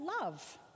love